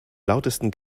lautesten